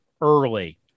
early